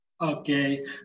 Okay